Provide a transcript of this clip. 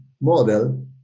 model